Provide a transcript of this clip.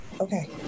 Okay